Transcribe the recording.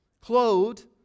clothed